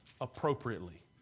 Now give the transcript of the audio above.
appropriately